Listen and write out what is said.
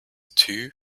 two